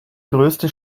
größte